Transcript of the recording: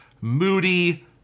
moody